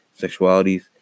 sexualities